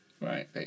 Right